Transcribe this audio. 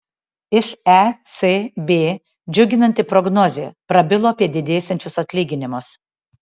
iš ecb džiuginanti prognozė prabilo apie didėsiančius atlyginimus